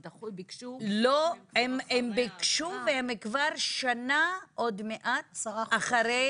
הם ביקשו והם כבר שנה עוד מעט אחרי